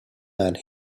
land